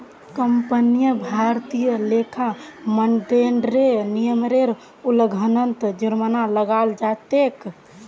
कंपनीक भारतीय लेखा मानदंडेर नियमेर उल्लंघनत जुर्माना लगाल जा तेक